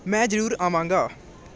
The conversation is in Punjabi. ਮੈਂ ਜ਼ਰੂਰ ਆਵਾਂਗਾ